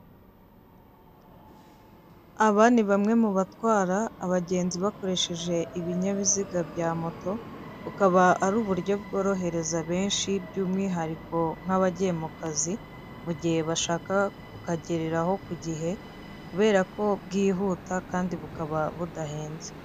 Aba ni bamwe mu batwara abagenzi bakoresheje ibinyabiziga bya moto, bukaba ari uburyo bworohereza benshi by'umwihariko nk'abagiye mu kazi, mu gihe bashaka kukagereraho ku gihe, kubera ko bwihuta kandi bukaba budahenze.